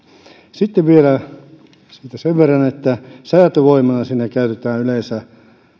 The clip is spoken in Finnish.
sitten siitä vielä sen verran että säätövoimana siinä käytetään yleensä